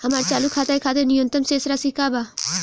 हमार चालू खाता के खातिर न्यूनतम शेष राशि का बा?